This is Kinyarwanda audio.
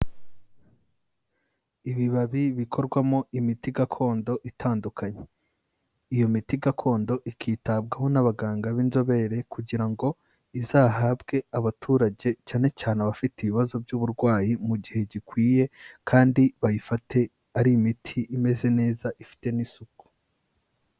Ibibabi bikorwamo imiti gakondo itandukanye, iyo miti gakondo ikitabwaho n'abaganga b'inzobere kugira ngo izahabwe abaturage, cyane cyane abafite ibibazo by'uburwayi mu gihe gikwiye kandi bayifate ari imiti imeze neza ifite n'isuku.